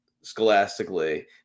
scholastically